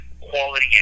Quality